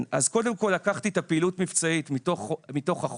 נתי, תתמצת את